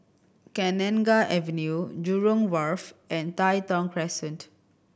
Kenanga Avenue Jurong Wharf and Tai Thong Crescent